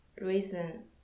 reason